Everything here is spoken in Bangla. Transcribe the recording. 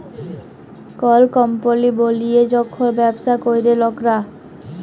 কল কম্পলি বলিয়ে যখল ব্যবসা ক্যরে লকরা